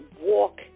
walk